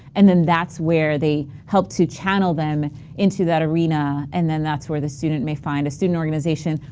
and then that's where they help to channel them into that arena and then that's where the student may find a student organization.